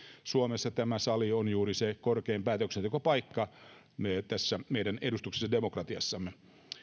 suomessa tämä sali on juuri se korkein päätöksentekopaikka tässä meidän edustuksellisessa demokratiassamme